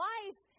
Life